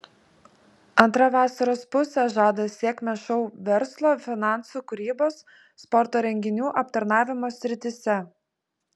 antra vasaros pusė žada sėkmę šou verslo finansų kūrybos sporto renginių aptarnavimo srityse